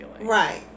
Right